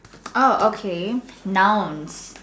oh okay nouns